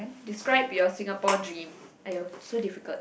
describe your Singapore dream !aiyo! so difficult